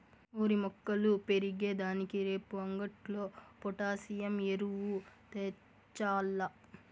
ఓరి మొక్కలు పెరిగే దానికి రేపు అంగట్లో పొటాసియం ఎరువు తెచ్చాల్ల